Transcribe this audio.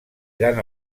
gran